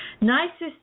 nicest